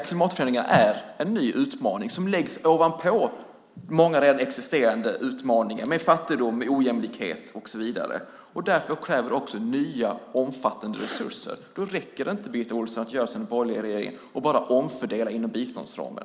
Klimatförändringarna är en ny utmaning som läggs ovanpå många redan existerande utmaningar som fattigdom, ojämlikhet och så vidare, och kräver nya omfattande resurser. Då räcker det inte att göra som den borgerliga regeringen och bara omfördela inom biståndsramen.